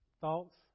thoughts